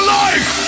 life